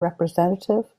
representative